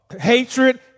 hatred